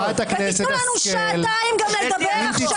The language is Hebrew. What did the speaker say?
ותיתנו לנו שעתיים גם לדבר עכשיו בלי הסתייגויות,